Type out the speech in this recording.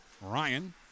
Ryan